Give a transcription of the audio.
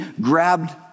grabbed